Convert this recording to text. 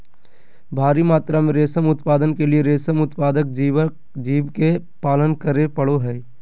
भारी मात्रा में रेशम उत्पादन के लिए रेशम उत्पादक जीव के पालन करे पड़ो हइ